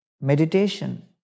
meditation